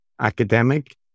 academic